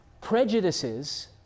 prejudices